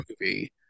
movie